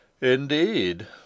Indeed